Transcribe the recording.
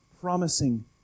promising